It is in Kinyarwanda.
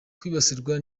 kwibasirwa